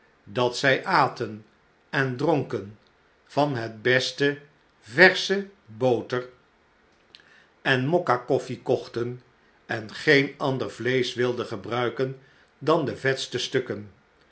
dat zij aten en dronken van het beste versche boter en mokka koffie kochten en geen ander vleesch wilden gebruiken dan de vetste stukken